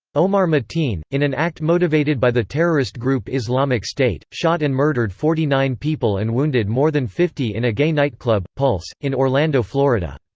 omar mateen, in an act motivated by the terrorist group islamic state, shot and murdered forty nine people and wounded more than fifty in a gay nightclub, pulse, in orlando, florida.